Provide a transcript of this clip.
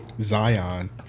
Zion